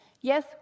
yes